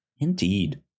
Indeed